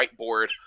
whiteboard